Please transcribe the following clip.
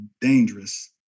dangerous